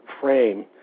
frame